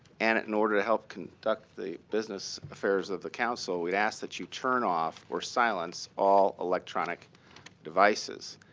and in order to help conduct the business affairs of the council, we'd ask that you turn off or silence all electronic devices.